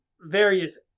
various